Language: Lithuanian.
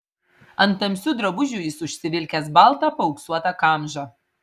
ant tamsių drabužių jis užsivilkęs baltą paauksuotą kamžą